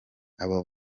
abo